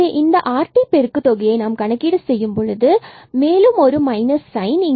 எனவே இந்த rt பெருக்கு தொகையை நாம் கணக்கீடு செய்யும் பொழுதும் மேலும் ஒரு மைனஸ் சைன்